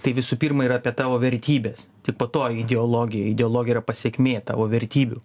tai visų pirma yra apie tavo vertybes tik po to ideologija ideologija yra pasekmė tavo vertybių